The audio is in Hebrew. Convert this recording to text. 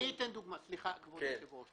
אציג דוגמה, כבוד היושב-ראש.